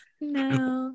No